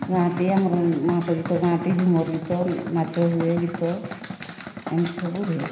ଗାଆନ୍ତି ଆମର ମାହାନ୍ତ ଗୀତ ଗାଆନ୍ତି ଝୁମର ଗୀତ ନାଚ ହୁଏ ଗୀତ ଏମିତି ସବୁ ହୁଏ